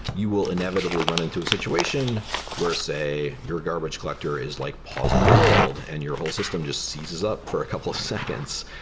you will inevitably run into a situation where say your garbage collector is like pausing the world and your whole system just seizes up for a couple of seconds.